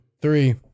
three